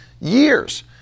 years